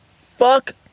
Fuck